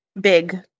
big